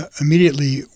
immediately